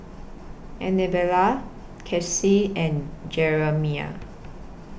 Annabella and Jeramie